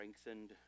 strengthened